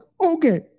okay